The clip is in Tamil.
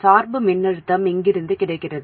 சார்பு மின்னழுத்தம் இங்கிருந்து கிடைக்கிறது